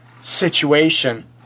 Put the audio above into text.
situation